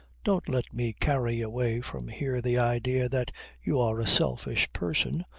don't let me carry away from here the idea that you are a selfish person,